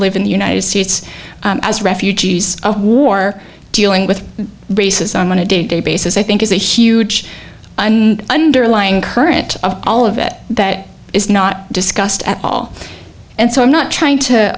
live in the united states as refugees of war dealing with races on a day day basis i think is a huge underlying current of all of it that is not discussed at all and so i'm not trying